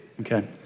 Okay